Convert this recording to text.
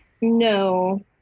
No